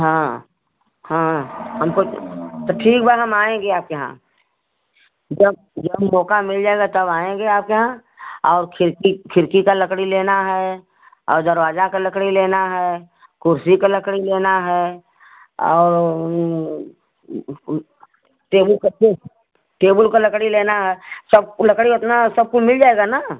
हाँ हाँ हमको तो तो ठीक बा हम आएँगे आपके यहाँ जब जब मौका मिल जाएगा तब आएँगे आपके यहाँ और खिड़की खिड़की का लकड़ी लेना है और दरवाजा का लकड़ी लेना है कुर्सी के लकड़ी लेना है और टेबुल का टेबुल का लकड़ी लेना है सब लकड़ी उतना सब को मिल जाएगा ना